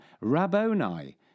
Rabboni